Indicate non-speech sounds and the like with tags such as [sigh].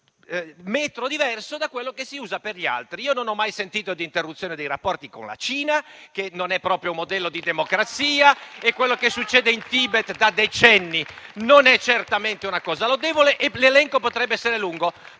un metro diverso da quello che si usa per gli altri. Io non ho mai sentito parlare di interruzione dei rapporti con la Cina, che non è proprio un modello di democrazia, [applause] e ciò che succede in Tibet da decenni non è certamente una cosa lodevole, ma l'elenco potrebbe essere lungo.